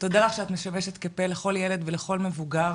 תודה לך שאת משמשת כפה לכל ילד ולכל מבוגר